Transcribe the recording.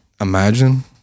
imagine